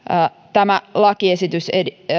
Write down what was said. tämä lakiesitys